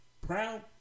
proud